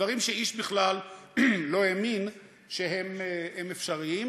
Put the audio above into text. דברים שאיש בכלל לא האמין שהם אפשריים.